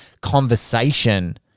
conversation